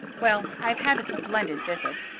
well, i've had a splendid visit,